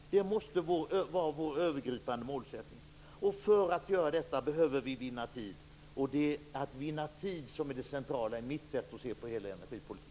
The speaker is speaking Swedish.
Det måste vara vår övergripande målsättning. För detta behöver vi vinna tid. Att vinna tid är det centrala i mitt sätt att se på hela energipolitiken.